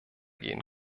gehen